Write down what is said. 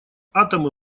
атомы